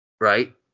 right